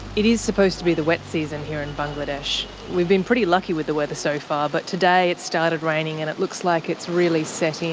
it is supposed to be the wet season here in bangladesh. we've been pretty lucky with the weather so far but today it's started raining and it looks like it's really